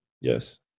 Yes